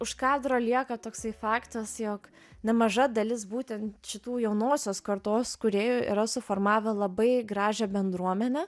už kadro lieka toksai faktas jog nemaža dalis būtent šitų jaunosios kartos kūrėjų yra suformavę labai gražią bendruomenę